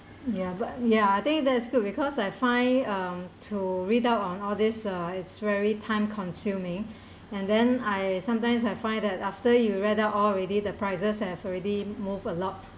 ya but ya I think that is good because I find um to read out on all these uh it's very time consuming and then I sometimes I find that after you read out all already the prices have already move a lot